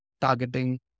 targeting